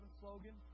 slogan